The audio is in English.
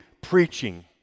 preaching